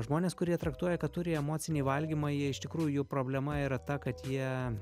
žmonės kurie traktuoja kad turi emocinį valgymą jie iš tikrųjų jų problema yra ta kad jie